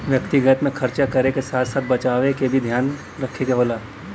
व्यक्तिगत में खरचा करे क साथ साथ बचावे क भी ध्यान रखे क होला